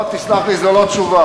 לא, תסלח לי, זאת לא תשובה.